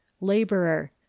Laborer